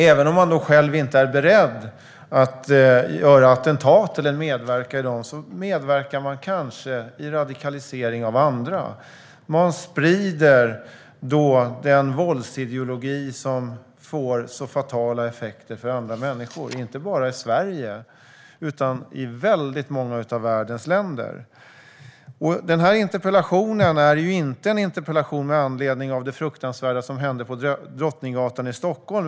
Även om de själva inte är beredda att göra attentat eller medverka i dem medverkar de kanske i radikalisering av andra. De sprider då den våldsideologi som får så fatala effekter för andra människor inte bara i Sverige utan i väldigt många av världens länder. Den här interpellationen är inte en interpellation med anledning av det fruktansvärda som hände på Drottninggatan i Stockholm.